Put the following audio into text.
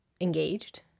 engaged